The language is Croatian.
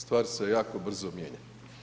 Stvari se jako brzo mijenjaju.